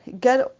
get